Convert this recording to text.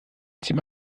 zieht